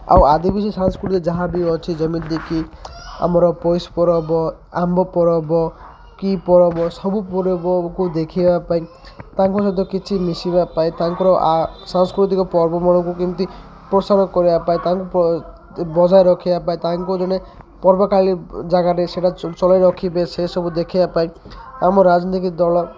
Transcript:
ଆଉ ଆଦିବାସୀ ସାଂସ୍କୃତି ଯାହା ବି ଅଛି ଯେମିତିକି ଆମର ପୁଷ୍ ପରବ ଆମ୍ବ ପରବ କି ପରବ ସବୁ ପରବକୁ ଦେଖିବା ପାଇଁ ତାଙ୍କ ସହିତ କିଛି ମିଶିବା ପାଇଁ ତାଙ୍କର ସାଂସ୍କୃତିକ ପର୍ବ ମାନକୁ କେମିତି ପ୍ରୋତ୍ସାହନ କରିବା ପାଇଁ ତାଙ୍କୁ ବଜାୟ ରଖିବା ପାଇଁ ତାଙ୍କୁ ଜଣେ ପର୍ବକାଳୀ ଜାଗାରେ ସେଇଟା ଚଳାଇ ରଖିବେ ସେସବୁ ଦେଖିବା ପାଇଁ ଆମ ରାଜନୀତିକ ଦଳ